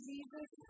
Jesus